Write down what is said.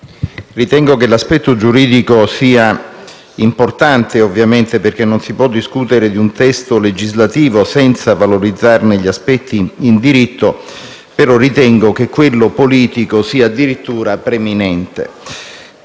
ritengo che l'aspetto giuridico sia ovviamente importante, perché non si può discutere di un testo legislativo senza valorizzarne gli aspetti in diritto, però ritengo che l'aspetto politico sia addirittura preminente.